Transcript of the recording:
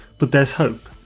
but there's hope,